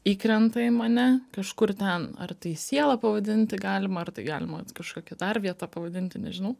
įkrenta į mane kažkur ten ar tai siela pavadinti galima ar tai galima kažkokia dar vieta pavadinti nežinau